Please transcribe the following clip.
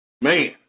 Man